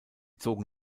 zogen